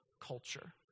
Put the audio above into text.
culture